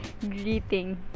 greeting